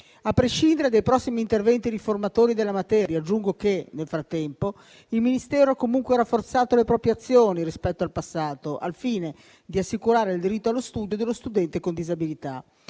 A prescindere dai prossimi interventi riformatori della materia, aggiungo che nel frattempo il Ministero ha comunque rafforzato le proprie azioni rispetto al passato, al fine di assicurare il diritto allo studio dello studente con disabilità.